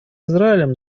израилем